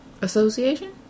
Association